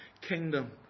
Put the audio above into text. kingdom